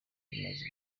rimaze